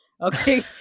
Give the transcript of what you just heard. okay